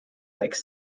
like